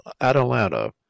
Atlanta